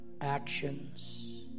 actions